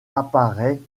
apparaît